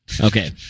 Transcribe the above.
Okay